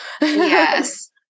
Yes